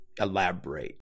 elaborate